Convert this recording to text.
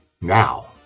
Now